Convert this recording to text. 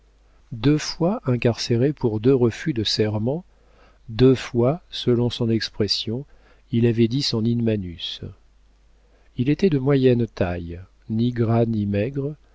deux fois incarcéré pour deux refus de serment deux fois selon son expression il avait dit son in manus il était de moyenne taille ni gras ni maigre